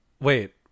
Wait